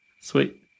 sweet